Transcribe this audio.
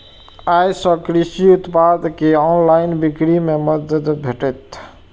अय सं कृषि उत्पाद के ऑनलाइन बिक्री मे मदति भेटतै